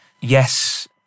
Yes